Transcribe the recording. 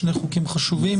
שני חוקים חשובים.